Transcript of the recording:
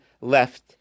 left